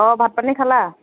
অঁ ভাত পানী খালা